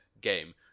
game